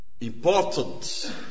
important